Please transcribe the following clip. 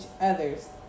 others